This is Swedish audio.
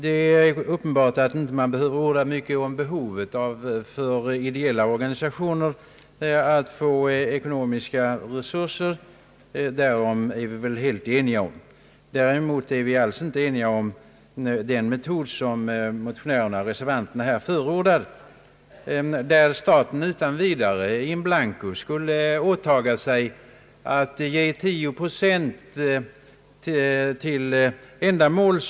Det är uppenbart att man inte behöver orda mycket om behovet för ideella organisationer av att få ekonomiska resurser, därom är vi väl helt eniga. Däremot är vi inte alls eniga om den metod motionärerna och reservanterna förordar, dvs. att staten utan vidare, så att säga in blanco, skulle åta sig att skjuta till ytterligare 10 procent till det belopp för ideella ändamål etc.